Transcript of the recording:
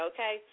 Okay